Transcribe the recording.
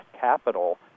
capital